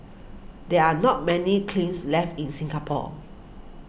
there are not many cleans left in Singapore